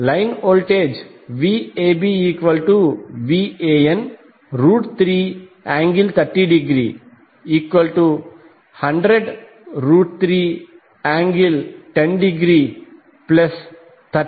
line voltage VabVan3∠30°1003∠10°30°V173